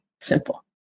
simple